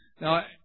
Now